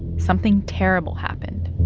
something terrible happened